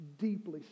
deeply